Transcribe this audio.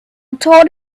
told